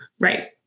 Right